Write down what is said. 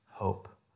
Hope